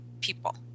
people